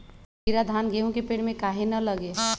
कीरा धान, गेहूं के पेड़ में काहे न लगे?